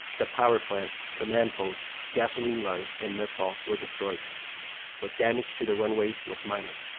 the power plant, command posts, gasoline lines, and mess hall were destroyed but damage to the runways was minor.